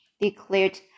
declared